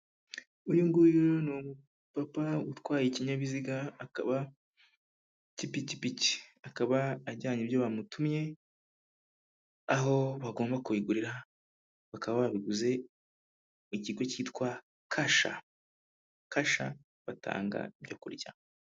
Uyu nguyu ni umupapa utwaye ikinyabiziga akaba cy'ipikipiki akaba ajyanye ibyo bamutumye aho bagomba kbigurira bakaba babiguze mu kigo cyitwa kasha, kasha batanga ibyo kurya.